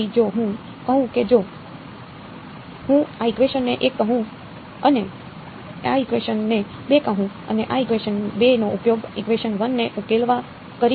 તેથી જો હું કહું કે જો હું આઇકવેશન ને 1 કહું અને આઇકવેશન ને 2 કહું અનેઇકવેશન 2 નો ઉપયોગ ઇકવેશન 1 ને ઉકેલવા કરી શકાય